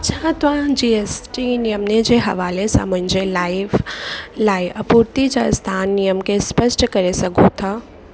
छा तव्हां G S T नियमनि जे हवाले सां मुंहिंजे लाइव लाइ आपूर्ति जा स्थान नियम खे स्पष्ट करे सघो था